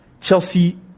Chelsea